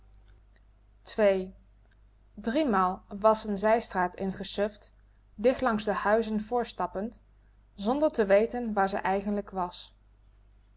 driemaal was ze n zijstraat ingesuft dicht langs de huizen voortstappend zonder te weten waar ze eigenlijk was